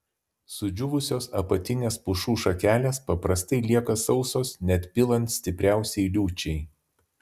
sudžiūvusios apatinės pušų šakelės paprastai lieka sausos net pilant stipriausiai liūčiai